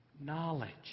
Knowledge